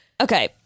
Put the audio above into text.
Okay